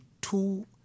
two